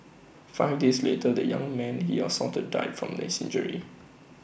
five days later the young man he assaulted died from his injuries